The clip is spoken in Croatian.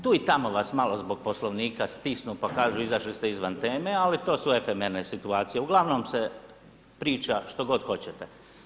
Tu i tamo vas malo zbog Poslovnika stisnu pa kažu izašli ste izvan teme, ali to su efemerne situacije, uglavnom se priča što god hoćete.